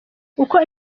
uko